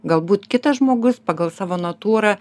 galbūt kitas žmogus pagal savo natūrą